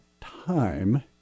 time